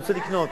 אני רוצה לקנות.